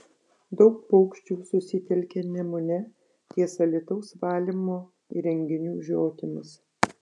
daug paukščių susitelkė nemune ties alytaus valymo įrenginių žiotimis